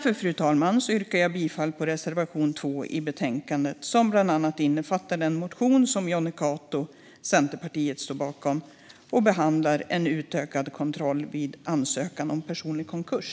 Fru talman! Jag yrkar alltså bifall till reservation 2 i betänkandet, som bland annat innefattar den motion som Jonny Cato, Centerpartiet, står bakom och som behandlar utökad kontroll vid ansökan om personlig konkurs.